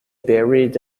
buried